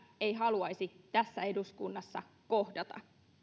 ei haluaisi tässä eduskunnassa kohdata